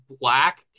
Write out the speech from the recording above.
black